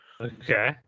Okay